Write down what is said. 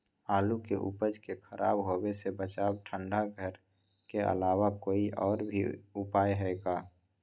आलू के उपज के खराब होवे से बचाबे ठंडा घर के अलावा कोई और भी उपाय है का?